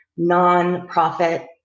nonprofit